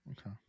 Okay